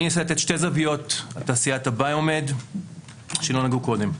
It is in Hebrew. אני אנסה לתת שתי זוויות על תעשיית הביו-מד שלא נגעו בהן קודם: